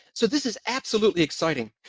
so this is absolutely exciting.